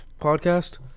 Podcast